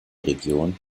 region